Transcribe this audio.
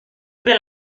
pin